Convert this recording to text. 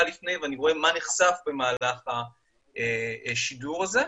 לפני ורואה מה נחשף במהלך השידור הזה.